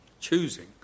Choosing